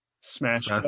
smash